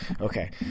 Okay